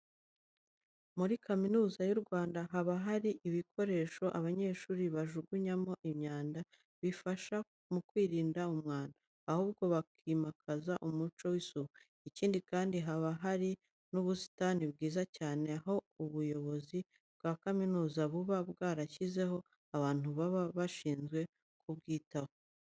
Muri Kaminuza y'u Rwanda haba hari ibikoresho abanyeshuri bajugunyamo imyanda bibafasha mu kwirinda umwanda, ahubwo bakimakaza umuco w'isuku. Ikindi kandi, haba hari n'ubusitani bwiza cyane, aho ubuyobozi bwa kaminuza buba bwarashyizeho abantu baba bashinzwe ku bwitaho.